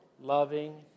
loving